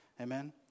Amen